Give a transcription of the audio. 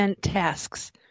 Tasks